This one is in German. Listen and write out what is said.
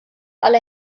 alle